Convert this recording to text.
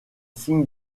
signes